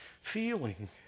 feeling